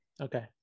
okay